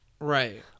Right